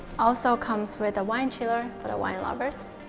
also comes with a wine chiller for the wine lovers!